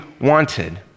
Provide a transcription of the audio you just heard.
wanted